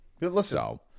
Listen